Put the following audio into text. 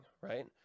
right